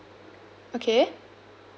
okay